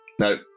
No